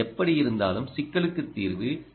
எப்படியிருந்தாலும் சிக்கலுக்கு தீர்வு எல்